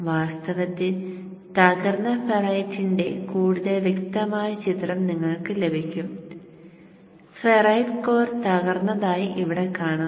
വാസ്തവത്തിൽ തകർന്ന ഫെറൈറ്റിന്റെ കൂടുതൽ വ്യക്തമായ ചിത്രം നിങ്ങൾക്ക് ലഭിക്കും ഫെറൈറ്റ് കോർ തകർന്നതായി ഇവിടെ കാണാം